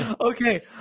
Okay